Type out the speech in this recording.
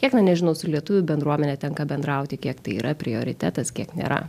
kiek na nežinau su lietuvių bendruomene tenka bendrauti kiek tai yra prioritetas kiek nėra